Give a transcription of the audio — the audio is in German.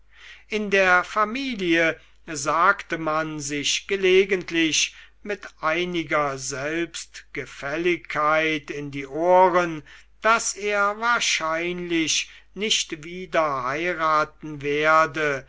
in der familie sagte man sich gelegentlich mit einiger selbstgefälligkeit in die ohren daß er wahrscheinlich nicht wieder heiraten werde